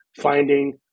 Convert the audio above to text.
finding